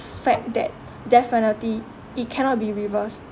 fact that death penalty it cannot be reversed